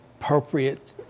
appropriate